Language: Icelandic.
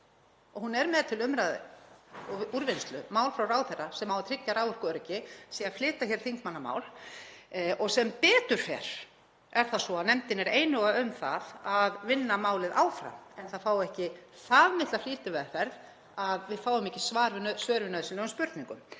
hún er með til umræðu og úrvinnslu mál frá ráðherra sem á að tryggja raforkuöryggi, sé að flytja hér þingmannamál og sem betur fer er það svo að nefndin er einhuga um það að vinna málið áfram en það fái ekki það mikla flýtimeðferð að við fáum ekki svör við nauðsynlegum spurningum.